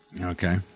okay